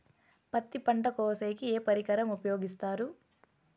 పత్తి పంట కోసేకి ఏ పరికరం ఉపయోగిస్తారు?